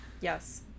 yes